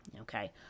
Okay